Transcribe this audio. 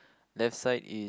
left side is